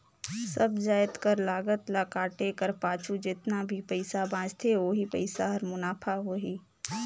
सब जाएत कर लागत ल काटे कर पाछू जेतना भी पइसा बांचथे ओही पइसा हर मुनाफा होही